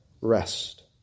Rest